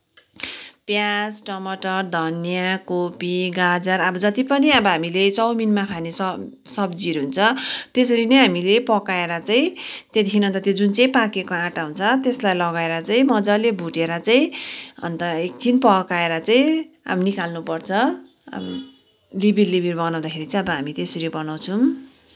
पियाज टमाटर धनिया कोपी गाजर अब जति पनि अब हामीले चाउमिनमा खाने सब्जीहरू हुन्छ त्यसरी नै हामीले पकाएर चाहिँ त्यहाँदेखि अन्त त्यो जुन चाहिँ पाकेको आँटा हुन्छ त्यसलाई लगाएर चाहिँ मज्जाले भुटेर चाहिँ अन्त एकछिन पकाएर चाहिँ अब निकाल्नुपर्छ लिभिड लिभिड बनाउँदाखेरि चाहिँ अब हामी त्यसरी बनाउँछौँ